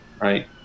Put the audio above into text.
right